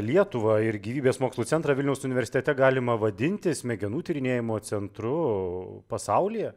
lietuvą ir gyvybės mokslų centrą vilniaus universitete galima vadinti smegenų tyrinėjimo centru pasaulyje